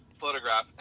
Photograph